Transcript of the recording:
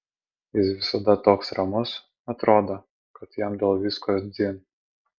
jis visada toks ramus atrodo kad jam dėl visko dzin